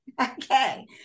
Okay